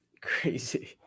Crazy